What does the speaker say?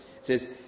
says